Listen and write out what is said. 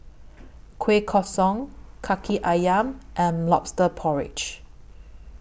Kueh Kosui Kaki Ayam and Lobster Porridge